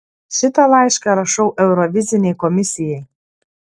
šitą laišką rašau eurovizinei komisijai